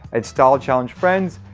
and style-challenged friends,